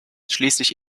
schließlich